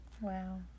wow